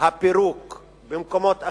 הפירוק במקומות אחרים,